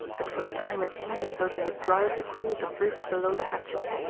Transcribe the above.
but for a time it seemed as though they would drive the crew of the brig below the hatches.